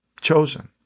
chosen